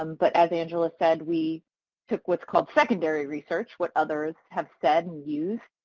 um but as angela said, we took what's called secondary research, what others have said and used,